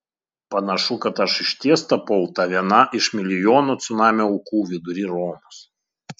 panašu kad aš išties tapau ta viena iš milijono cunamio aukų vidury romos